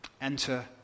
Enter